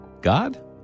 God